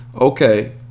Okay